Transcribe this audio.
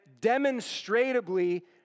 demonstrably